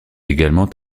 également